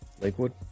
Lakewood